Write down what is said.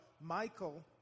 Michael